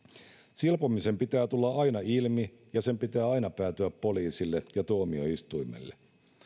silpomisen pitää tulla aina ilmi ja sen pitää aina päätyä poliisille ja tuomioistuimelle